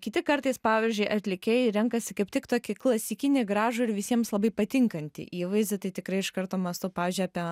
kiti kartais pavyzdžiui atlikėjai renkasi kaip tik tokį klasikinį gražų ir visiems labai patinkantį įvaizdį tai tikrai iš karto mąstau pavyzdžiui apie